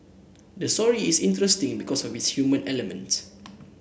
the story is interesting because of its human element